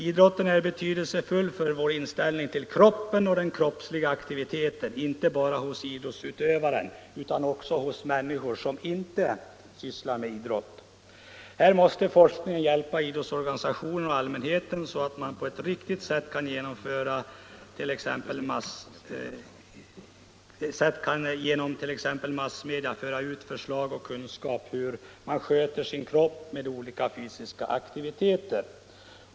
Idrotten är betydelsefull för vår inställning till kroppen och den kroppsliga aktiviteten, inte bara hos idrottsutövarna utan också hos människor som inte idrottar. Här måste forskningen hjälpa idrottsorganisationerna och allmänheten att på ett riktigt sätt, t.ex. genom massmedia, föra ut förslag och kunskaper om hur man bör sköta sin kropp med olika fysiska aktiviteter.